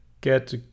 get